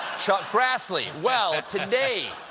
chuck grassley. well, today,